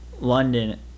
London